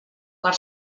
per